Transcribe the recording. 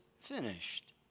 finished